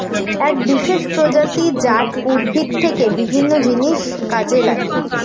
এক বিশেষ প্রজাতি জাট উদ্ভিদ থেকে বিভিন্ন জিনিস কাজে লাগে